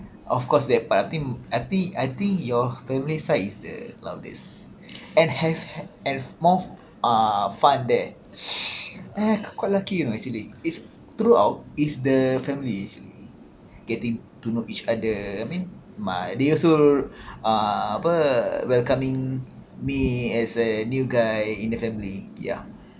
of course they are part I think I think I think your family side is the loudest and have had have more uh fun there ah quite lucky you know actually it's throughout is the families getting to know each other I mean mak dia also apa welcoming me as a new guy in the family ya